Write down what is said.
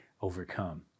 overcome